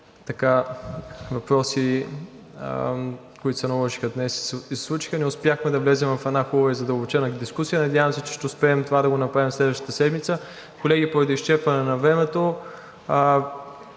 въпроси, които се наложиха днес и се случиха, не успяхме да влезем в една хубава и задълбочена дискусия. Надявам се, че ще успеем това да го направим следващата седмица. Колеги, поради изчерпване на времето